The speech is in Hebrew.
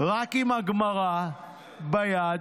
רק עם הגמרא ביד,